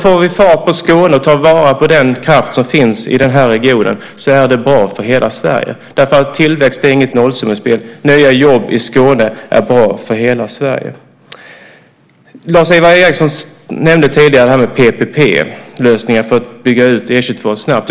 Får vi fart på Skåne och tar vara på den kraft som finns i denna region är det också bra för hela Sverige. Tillväxt är inget nollsummespel, utan nya jobb i Skåne är bra för hela Sverige. Lars-Ivar Ericson nämnde tidigare detta med PPP-lösningar för att bygga ut E 22:an snabbt.